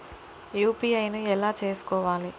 UPI ను ఎలా చేస్కోవాలి?